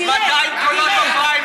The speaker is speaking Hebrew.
תאמיני לי, הורדת לי 200 קולות בפריימריז.